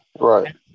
Right